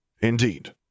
Indeed